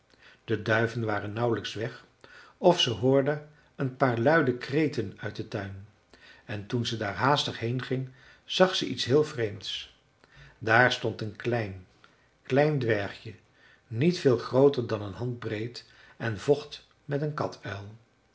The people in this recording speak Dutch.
de duiven waren nauwelijks weg of ze hoorde een paar luide kreten uit den tuin en toen ze daar haastig heen ging zag ze iets heel vreemds daar stond een klein klein dwergje niet veel grooter dan een handbreed en vocht met een katuil